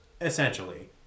Essentially